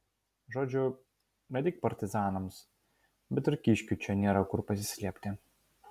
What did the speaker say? žodžiu ne tik partizanams bet ir kiškiui čia nėra kur pasislėpti